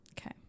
okay